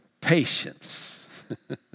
patience